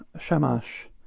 Shamash